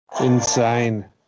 Insane